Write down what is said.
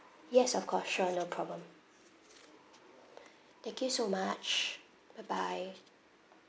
yes of course sure no problem